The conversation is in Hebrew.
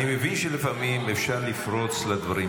אני מבין שלפעמים אפשר לפרוץ לדברים,